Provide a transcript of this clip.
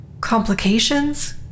Complications